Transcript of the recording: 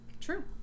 True